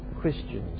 Christians